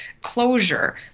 closure